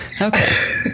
Okay